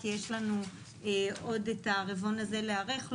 כי יש לנו עוד להיערך לרבעון הזה.